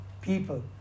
people